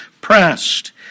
pressed